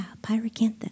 pyracantha